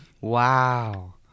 Wow